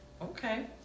Okay